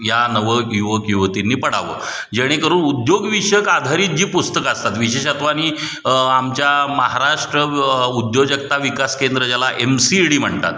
या नवक युवक युवतींनी पडावं जेणेकरून उद्योगविषयक आधारित जी पुस्तकं असतात विशेषत्वाने आमच्या महाराष्ट्र उद्योजकता विकास केंद्र ज्याला एम सी ई डी म्हणतात